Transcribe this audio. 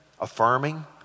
affirming